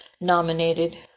nominated